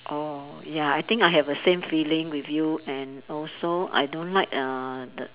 oh ya I think I have the same feeling with you and also I don't like err the